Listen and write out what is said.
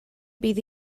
bydd